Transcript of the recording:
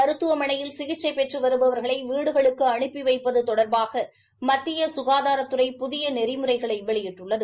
மருத்துவமனையில் சிகிச்சை பெற்று வருவாகளை வீடுகளுக்கு அனுப்பி வைப்பது தொடா்பாக மத்திய சுகாதாரத்துறை புதிய நெறிமுறைகளை வெளியிட்டுள்ளது